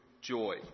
joy